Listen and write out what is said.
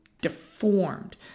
deformed